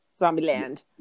Zombieland